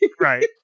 Right